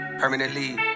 Permanently